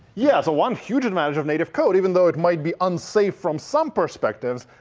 yeah, that's one huge advantage of native code. even though it might be unsafe from some perspectives,